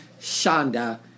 Shonda